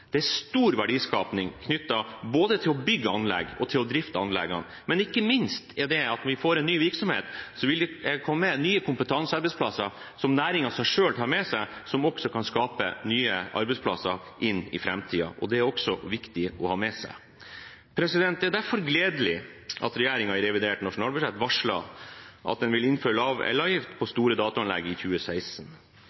Det er stor verdiskaping knyttet både til å bygge anlegg og til å drifte anleggene, men ikke minst viktig er det at vi får en ny virksomhet med nye kompetansearbeidsplasser som næringen selv tar med seg, og som kan skape nye arbeidsplasser i fremtiden. Det er det også viktig å ha med seg. Det er derfor gledelig at regjeringen i revidert nasjonalbudsjett varsler at den vil innføre lavere elavgift på store dataanlegg i 2016.